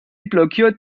blockiert